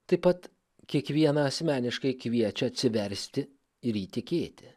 taip pat kiekvieną asmeniškai kviečia atsiversti ir įtikėti